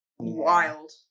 Wild